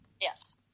Yes